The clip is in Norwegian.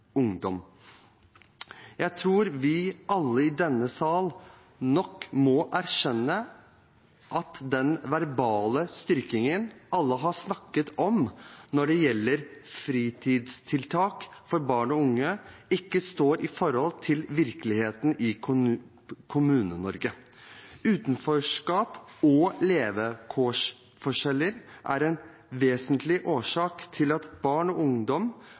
Jeg tror vi alle i denne sal nok må erkjenne at den verbale styrkingen alle har snakket om når det gjelder fritidstiltak for barn og unge, ikke står i forhold til virkeligheten i Kommune-Norge. Utenforskap og levekårsforskjeller er en vesentlig årsak til at barn og ungdom